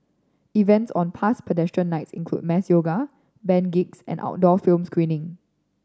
events on past Pedestrian Nights included mass yoga band gigs and outdoor film screening